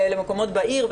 למקומות בעיר,